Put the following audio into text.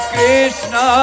Krishna